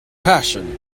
passion